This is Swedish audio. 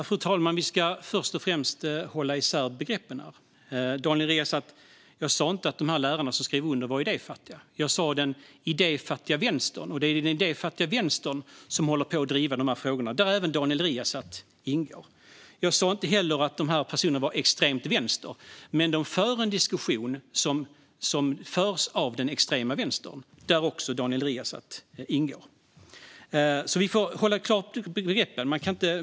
Fru talman! Vi ska först och främst hålla isär begreppen. Jag sa inte att de lärare som skrev under var idéfattiga, Daniel Riazat. Jag sa "den idéfattiga vänstern". Det är den idéfattiga vänstern, där även Daniel Riazat ingår, som håller på att driva dessa frågor. Jag sa inte heller att dessa personer var extremt vänster, men de för en diskussion som förs av den extrema vänstern, där också Daniel Riazat ingår. Vi får ha begreppen klara för oss.